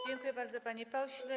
Dziękuję bardzo, panie pośle.